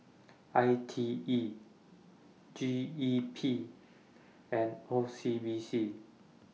I T E G E P and O C B C